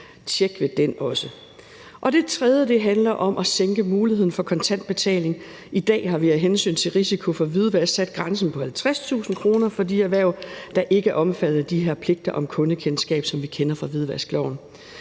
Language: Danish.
Tjek ved den også. Det tredje handler om at sænke muligheden for kontant betaling. I dag har vi af hensyn til risiko for hvidvask sat grænsen ved 50.000 kr. for de erhverv, der ikke er omfattet af de her pligter om kundekendskab, som vi kender fra hvidvaskloven.